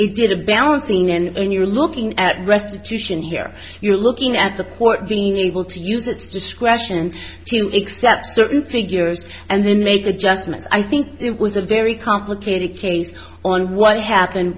it did a balancing and you're looking at rest to sion here you're looking at the court being able to use its discretion to accept certain figures and then make adjustments i think it was a very complicated case on what happened